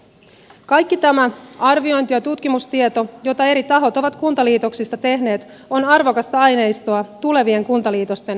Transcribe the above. kaikki tämä arviointi ja tutkimustieto jota eri tahot ovat kuntaliitoksista tehneet on arvokasta aineistoa tulevien kuntaliitosten toteuttamisessa